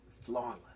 flawless